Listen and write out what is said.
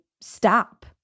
stop